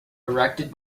erected